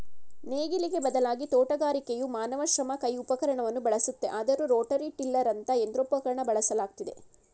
ನೇಗಿಲಿಗೆ ಬದಲಾಗಿ ತೋಟಗಾರಿಕೆಯು ಮಾನವ ಶ್ರಮ ಕೈ ಉಪಕರಣವನ್ನು ಬಳಸುತ್ತೆ ಆದರೂ ರೋಟರಿ ಟಿಲ್ಲರಂತ ಯಂತ್ರೋಪಕರಣನ ಬಳಸಲಾಗ್ತಿದೆ